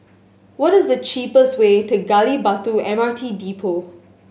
what is the cheapest way to Gali Batu M R T Depot